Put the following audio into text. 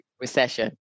recession